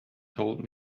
told